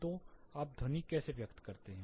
तो आप ध्वनि कैसे व्यक्त करते हैं